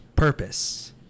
Purpose